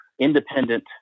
independent